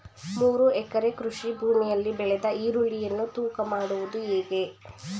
ಮೂರು ಎಕರೆ ಕೃಷಿ ಭೂಮಿಯಲ್ಲಿ ಬೆಳೆದ ಈರುಳ್ಳಿಯನ್ನು ತೂಕ ಮಾಡುವುದು ಹೇಗೆ?